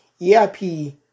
EIP